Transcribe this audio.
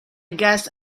guess